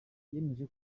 yemeje